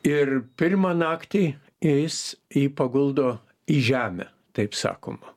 ir pirmą naktį jis jį paguldo į žemę taip sakoma